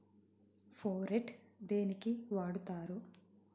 Phorate దేనికి వాడుతరు?